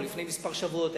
או לפני כמה שבועות,